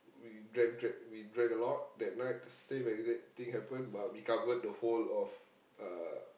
we drank drank we drank a lot that night same exact thing happened but we covered the whole of uh